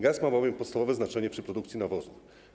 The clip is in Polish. Gaz ma bowiem podstawowe znaczenie przy produkcji nawozów.